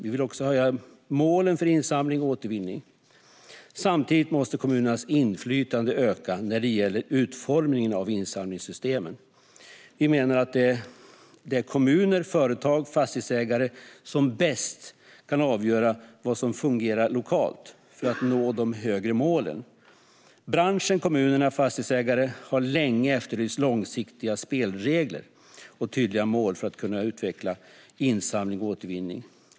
Vi vill också höja målen för insamling och återvinning. Samtidigt måste kommunernas inflytande öka när det gäller utformningen av insamlingssystemen. Vi menar att det är kommuner, företag och fastighetsägare som bäst kan avgöra vad som fungerar lokalt för att man ska nå de högre målen. Branschen, kommuner och fastighetsägare har länge efterlyst långsiktiga spelregler och tydliga mål för att kunna utveckla insamling och återvinning.